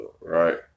right